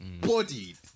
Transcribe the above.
bodied